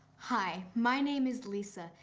hi. my name is lisa,